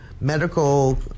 medical